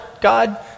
God